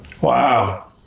Wow